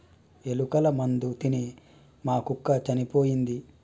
ఎలుకల మందు తిని మా కుక్క చనిపోయింది